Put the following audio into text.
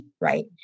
right